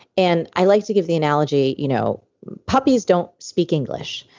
and i like to give the analogy you know puppies don't speak english.